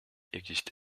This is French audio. existe